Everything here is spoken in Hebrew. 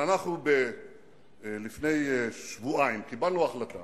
אנחנו קיבלנו לפני שבועיים החלטה